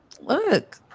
look